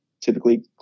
typically